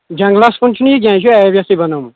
جنٛگلَس کُن چھِنہٕ یہِ کینٛہہ یہِ چھُ ٲبیَسٕے بنومُت